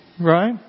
right